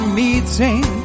meeting